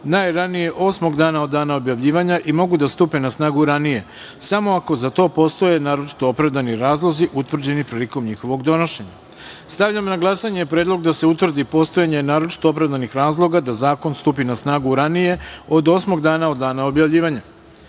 najranije osmog dana od dana objavljivanja i mogu da stupe na snagu ranije, samo ako za to postoje naročito opravdani razlozi utvrđeni prilikom njihovog donošenja. Stavljam na glasanje Predlog da se utvrdi postojanje naročito iz opravdanih razloga da zakon stupi na snagu ranije od osmog dana od dana objavljivanja. Molim